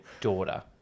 daughter